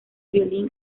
violín